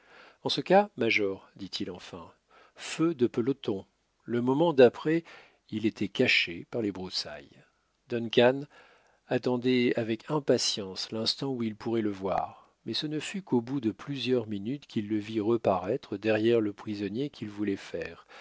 en ce cas major dit-il enfin feu de peloton le moment d'après il était caché par les broussailles duncan attendait avec impatience l'instant où il pourrait le voir mais ce ne fut qu'au bout de plusieurs minutes qu'il le vit reparaître derrière le prisonnier qu'il voulait faire